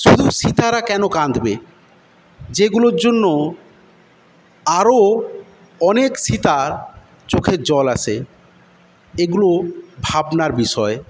শুধু সীতারা কেন কাঁদবে যেগুলোর জন্য আরো অনেক সীতার চোখে জল আসে এগুলো ভাবনার বিষয়